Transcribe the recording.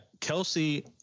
Kelsey